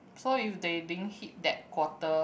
so if they didn't hit that quota